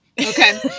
Okay